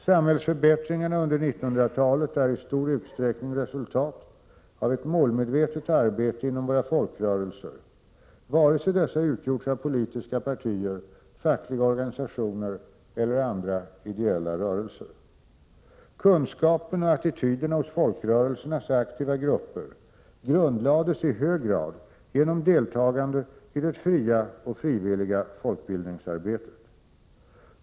Samhällsförbättringarna under 1900-talet är i stor utsträckning resultat av ett målmedvetet arbete inom våra folkrörelser vare sig dessa utgjorts av politiska partier, fackliga organisationer eller andra ideella rörelser. Kunskapen och attityderna hos folkrörelsernas aktiva grupper grundlades i hög grad genom deltagande i det fria och frivilliga folkbildningsarbetet.